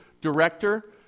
director